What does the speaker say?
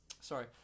sorry